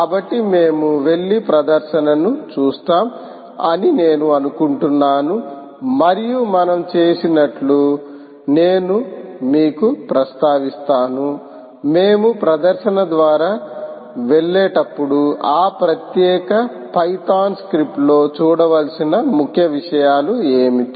కాబట్టి మేము వెళ్లి ప్రదర్శనను చూస్తాం అని నేను అనుకుంటున్నాను మరియు మనం చేసినట్లు నేను మీకు ప్రస్తావిస్తాను మేము ప్రదర్శన ద్వారా వెళ్ళేటప్పుడు ఆ ప్రత్యేక పైథాన్ స్క్రిప్ట్ లో చూడవలసిన ముఖ్య విషయాలు ఏమిటి